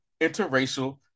interracial